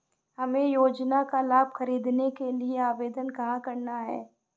हमें योजना का लाभ ख़रीदने के लिए आवेदन कहाँ करना है?